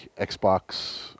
Xbox